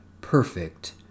perfect